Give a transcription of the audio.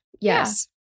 Yes